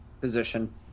position